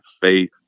faith